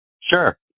Sure